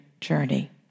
journey